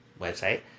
website